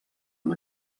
amb